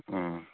ꯎꯝ